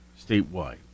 statewide